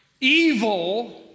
evil